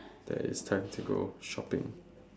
it's time to go shopping